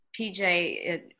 PJ